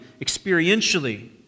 experientially